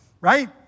right